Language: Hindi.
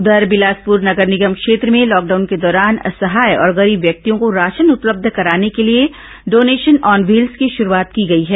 उघर बिलासपुर नगर निगम क्षेत्र में लॉकडाउन के दौरान असहाय और गरीब व्यक्तियों को राशन उपलब्ध कराने के लिए डोनेशन ऑन व्हील्स की शुरूआत की गई है